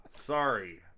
Sorry